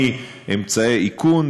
מאמצעי איכון,